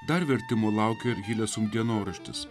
dar vertimo laukia ir hilesum dienoraštis